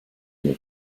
near